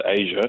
Asia